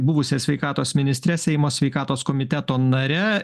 buvusia sveikatos ministre seimo sveikatos komiteto nare